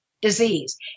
disease